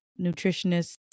nutritionists